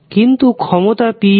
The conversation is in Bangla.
কিন্তু ক্ষমতা pvi